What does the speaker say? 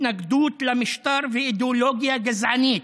התנגדות למשטר ולאידיאולוגיה גזענית,